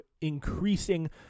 increasing